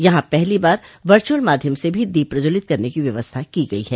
यहां पहली बार वर्चुअल माध्यम से भी दीप प्रज्ज्वलित करने की व्यवस्था की गई है